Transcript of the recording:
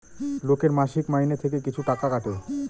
লোকের মাসিক মাইনে থেকে কিছু টাকা কাটে